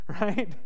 Right